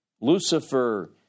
Lucifer